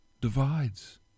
divides